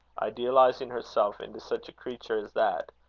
idealizing herself into such a creature as that,